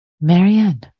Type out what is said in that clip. Marianne